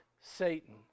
Satan